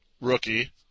rookie